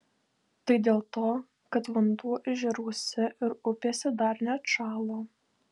tai dėl to kad vanduo ežeruose ir upėse dar neatšalo